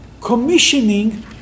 commissioning